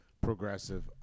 progressive